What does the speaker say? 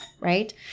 Right